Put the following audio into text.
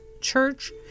church